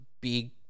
big